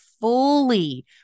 fully